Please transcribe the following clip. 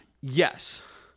Yes